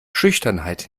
schüchternheit